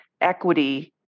equity